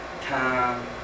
time